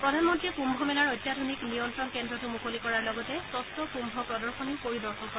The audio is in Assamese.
প্ৰধানমন্ত্ৰীয়ে কুম্ভ মেলাৰ অত্যাধুনিক নিয়ন্ত্ৰণ কেন্দ্ৰটো মুকলি কৰাৰ লগতে স্বছ্ কুম্ভ প্ৰদশনীও পৰিদৰ্শন কৰে